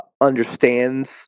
understands